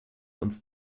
uns